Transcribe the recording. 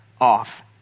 off